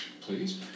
please